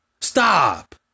stop